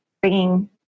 bringing